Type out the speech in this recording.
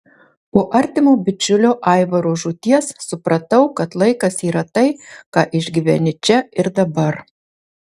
po artimo bičiulio aivaro žūties supratau kad laikas yra tai ką išgyveni čia ir dabar